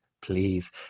please